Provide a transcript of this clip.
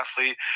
athlete